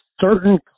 certain